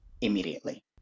Immediately